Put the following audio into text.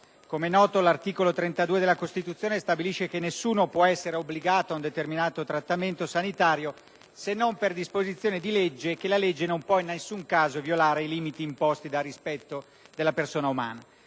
Come è noto, l'articolo 32 della Costituzione stabilisce che nessuno può essere obbligato ad un determinato trattamento sanitario se non per disposizione di legge e che la legge non può in nessun caso violare i limiti imposti dal rispetto della persona umana.